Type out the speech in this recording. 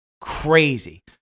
crazy